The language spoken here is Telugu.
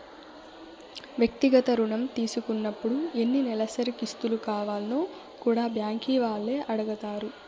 వ్యక్తిగత రుణం తీసుకున్నపుడు ఎన్ని నెలసరి కిస్తులు కావాల్నో కూడా బ్యాంకీ వాల్లే అడగతారు